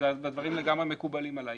והדברים לגמרי מקובלים עליי.